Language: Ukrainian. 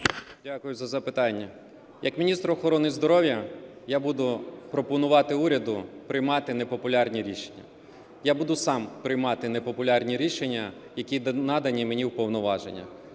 Дякую за запитання. Як міністр охорони здоров'я я буду пропонувати уряду приймати непопулярні рішення. Я буду сам приймати непопулярні рішення, які надані мені повноваженнями,